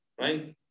right